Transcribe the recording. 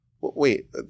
wait